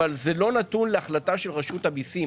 אבל זה לא נתון להחלטה של רשות המסים,